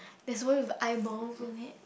there's one with eyeballs on it